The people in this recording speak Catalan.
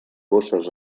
bosses